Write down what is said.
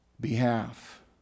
behalf